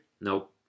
Nope